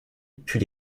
put